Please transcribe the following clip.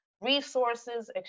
resources